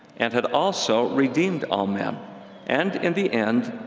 and had also redeemed all men and, in the end,